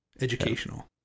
educational